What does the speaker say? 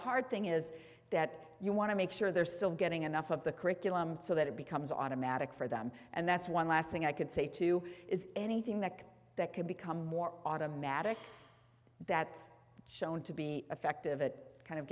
hard thing is that you want to make sure they're still getting enough of the curriculum so that it becomes automatic for them and that's one last thing i could say to is anything that could become more automatic that's shown to be effective it kind of